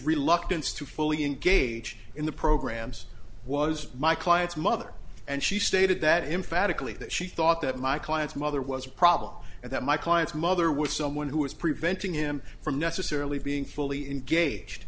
reluctance to fully engage in the programs was my client's mother and she stated that emphatically that she thought that my client's mother was a problem and that my client's mother was someone who was preventing him from necessarily being fully engaged